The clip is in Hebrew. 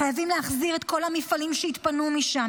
חייבים להחזיר את כל המפעלים שהתפנו משם.